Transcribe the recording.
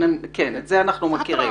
את זה אנחנו מכירים.